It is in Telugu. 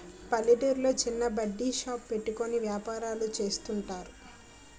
పల్లెటూర్లో చిన్న బడ్డీ షాప్ పెట్టుకుని వ్యాపారాలు చేస్తుంటారు